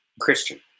christian